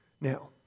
Now